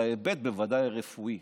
בוודאי בהיבט הרפואי,